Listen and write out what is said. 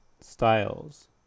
styles